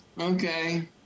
Okay